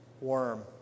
worm